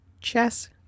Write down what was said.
chess